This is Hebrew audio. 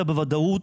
זה בוודאות,